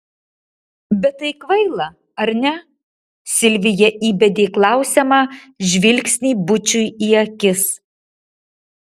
bet tai kvaila ar ne silvija įbedė klausiamą žvilgsnį bučui į akis